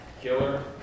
Killer